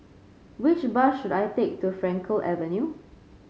which bus should I take to Frankel Avenue